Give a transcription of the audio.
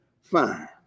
fine